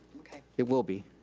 it will be.